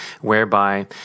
whereby